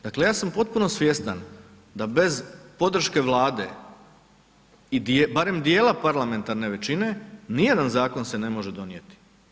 Dakle ja sam potpuno svjestan da bez podrške Vlade i barem djela parlamentarne većine, nijedan zakon se ne može donijeti.